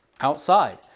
outside